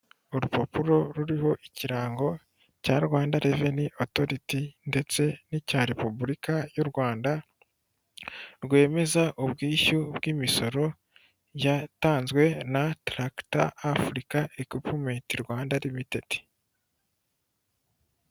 Urupapuro ruriho ikirango cya Rwanda reveni otoriti ndetse n'icya repubulika y'u Rwanda rwemeza ubwishyu bw'imisoro yatanzwe na taragita afurica ekipumeti Rwanda limitedi.